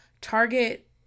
target